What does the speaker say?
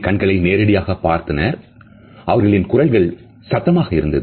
கண்களை நேரடியாக பார்த்த னர் அவர்களின் குரல்கள் சத்தமாகஇருந்தது